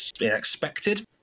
expected